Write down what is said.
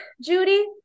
Judy